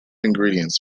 ingredients